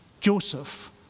Joseph